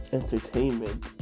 entertainment